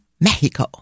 Mexico